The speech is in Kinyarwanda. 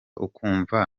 ukumva